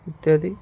ଇତ୍ୟାଦି